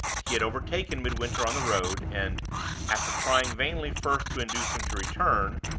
he had overtaken midwinter on the road and after trying vainly first to induce him to return,